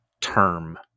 term